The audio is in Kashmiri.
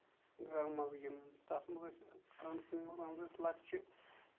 گرمنز گِندُن تَتھ منٛز ٲسۍ کران کٲم تَتھ منٛز ٲسۍ لۄکچہِ